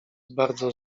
bardzo